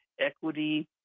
equity